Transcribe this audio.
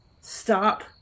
stop